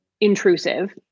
intrusive